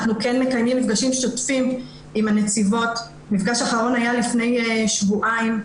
אנחנו מקיימים מפגשים שוטפים עם הנציבות ומפגש אחרון היה לפני שבועיים.